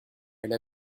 elle